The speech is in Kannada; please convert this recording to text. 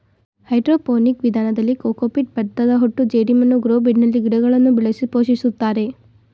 ಹೈಡ್ರೋಪೋನಿಕ್ ವಿಧಾನದಲ್ಲಿ ಕೋಕೋಪೀಟ್, ಭತ್ತದಹೊಟ್ಟು ಜೆಡಿಮಣ್ಣು ಗ್ರೋ ಬೆಡ್ನಲ್ಲಿ ಗಿಡಗಳನ್ನು ಬೆಳೆಸಿ ಪೋಷಿಸುತ್ತಾರೆ